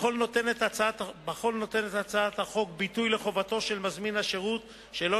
בכך נותנת הצעת החוק ביטוי לחובתו של מזמין השירות שלא